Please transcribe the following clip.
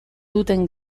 duten